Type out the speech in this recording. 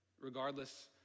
regardless